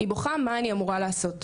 היא בוכה "מה אני אמורה לעשות?""